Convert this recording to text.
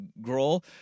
Grohl